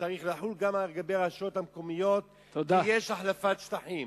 זה צריך לחול גם לגבי הרשויות המקומיות כי יש החלפת שטחים.